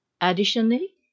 Additionally